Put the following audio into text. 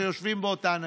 שיושבים באותה ניידת.